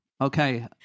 Okay